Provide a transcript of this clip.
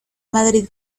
madrid